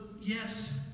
yes